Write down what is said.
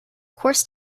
course